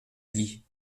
dit